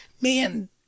man